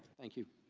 thank you.